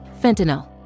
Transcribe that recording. Fentanyl